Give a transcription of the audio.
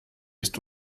ist